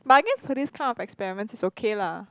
but I guess for this kind of experiments it's okay lah